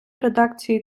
редакції